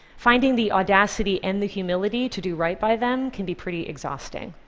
finding the audacity and the humility to do right by them can be pretty exhausting,